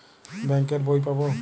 Bank এর বই পাবো?